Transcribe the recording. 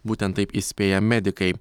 būtent taip įspėja medikai